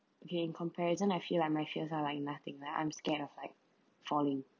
okay in comparison I feel like my fears are like nothing lah I'm scared of like falling